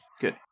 good